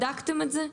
בדקתם את זה?